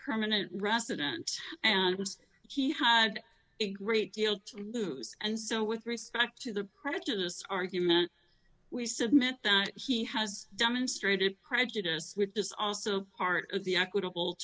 permanent resident and he had a great deal to lose and so with respect to the prejudice argument we submit that he has demonstrated prejudice with this also part of the equitable